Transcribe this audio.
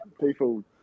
people